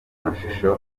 mashusho